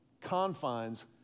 confines